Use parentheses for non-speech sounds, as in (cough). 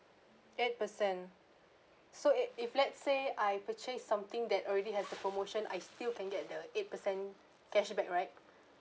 eight percent so i~ if let's say I purchase something that already has (noise) a promotion I still can get the eight percent cashback right